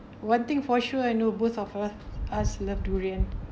one thing for sure I know both of uh~ us love durian